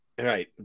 Right